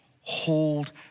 Hold